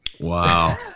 Wow